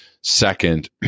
Second